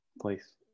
place